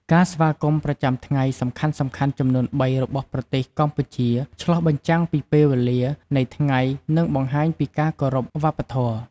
ការស្វាគមន៍ប្រចាំថ្ងៃសំខាន់ៗចំនួនបីរបស់ប្រទេសកម្ពុជាឆ្លុះបញ្ចាំងពីពេលវេលានៃថ្ងៃ និងបង្ហាញពីការគោរពវប្បធម៌។